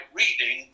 reading